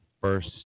first